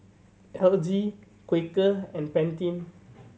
L G Quaker and Pantene